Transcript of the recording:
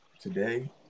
today